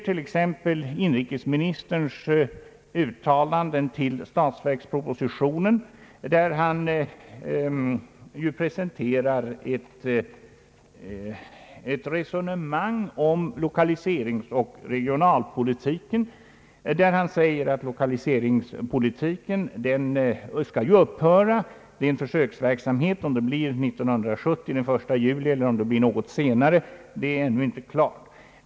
I inrikesministerns uttalande till statsverkspropositionen presenteras ett resonemang om lokaliseringsoch regionalpolitiken. Han säger där att lokaliseringspolitiken skall upphöra; det är en försöksverksamhet. Om det blir den 1 juli 1970 eller något senare är ännu inte klart.